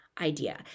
idea